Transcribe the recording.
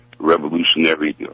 revolutionary